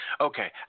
okay